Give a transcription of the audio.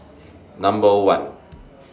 Number one